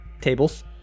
tables